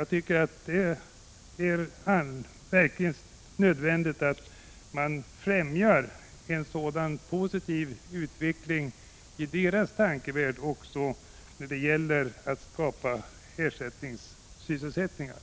Jag tycker att det är nödvändigt att främja en positiv utveckling i deras tankevärld när det gäller att skapa ersättningssysselsättningar.